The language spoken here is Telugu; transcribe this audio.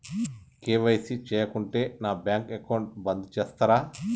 కే.వై.సీ చేయకుంటే నా బ్యాంక్ అకౌంట్ బంద్ చేస్తరా?